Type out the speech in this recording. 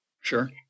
Sure